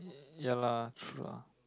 ya lah true ah